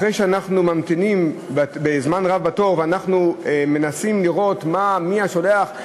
אחרי שאנחנו ממתינים זמן רב בתור ואנחנו מנסים לראות מי השולח,